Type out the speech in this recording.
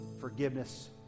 forgiveness